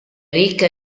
ricca